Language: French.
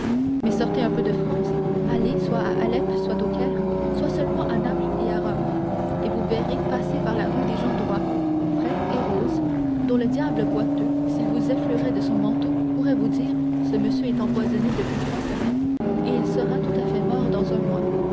mais sortez un peu de france allez soit à alep soit au caire soit seulement à naples et à rome et vous verrez passer par la rue des gens droits frais et roses dont le diable boiteux s'il vous effleurait de son manteau pourrait vous dire ce monsieur est empoisonné depuis trois semaines et il sera tout à fait mort dans un mois